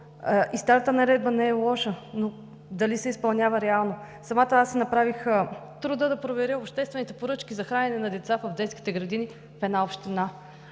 и старата наредба не е лоша, но дали се изпълнява реално?! Самата аз си направих труда да проверя обществените поръчки за хранене на деца в детските градини в една община.